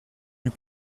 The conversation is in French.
eut